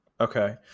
okay